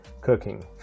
cooking